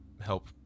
help